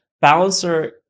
Balancer